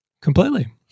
Completely